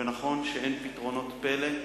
ונכון שאין פתרונות פלא,